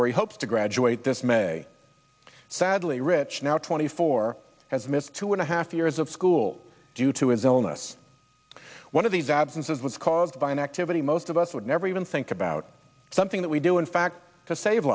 where he hopes to graduate this may sadly rich now twenty four has missed two and a half years of school due to his illness one of these absences was caused by an activity most of us would never even think about something that we do in fact to save